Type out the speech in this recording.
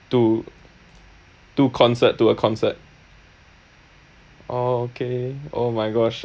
to two concert to a concert orh okay oh my gosh